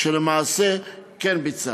כשלמעשה כן ביצע.